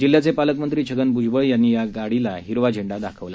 जिल्ह्याचे पालकमंत्री छगन भूजबळ यांनी या गाडीला हिरवा झेंडा दाखवला